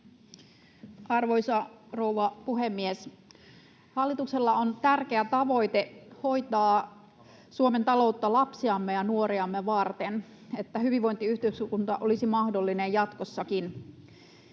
Arvoisa rouva puhemies! Hallituksella on tärkeä tavoite hoitaa Suomen taloutta lapsiamme ja nuoriamme varten, että hyvinvointiyhteiskunta olisi mahdollinen jatkossakin.